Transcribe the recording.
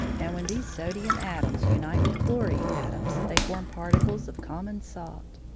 and when these sodium atoms unite with chlorine atoms they form particles of common salt.